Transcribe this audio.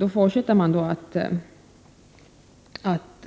har även i år fogat en reservation om detta till betänkandet.